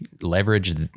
leverage